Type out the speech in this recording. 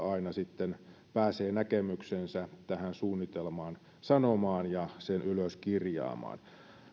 aina pääsee näkemyksensä tähän suunnitelmaan sanomaan ja sen ylös kirjaamaan